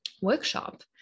workshop